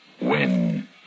Win